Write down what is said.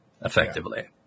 effectively